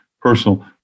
personal